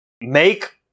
make